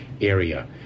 area